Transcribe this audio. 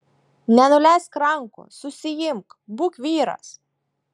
nenuleisk rankų susiimk būk vyras